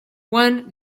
won